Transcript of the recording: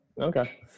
Okay